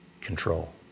control